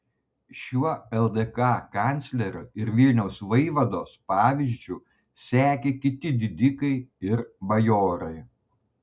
šiuo ldk kanclerio ir vilniaus vaivados pavyzdžiu sekė kiti didikai ir bajorai